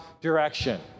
direction